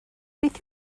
beth